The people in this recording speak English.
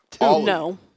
No